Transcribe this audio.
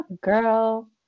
girl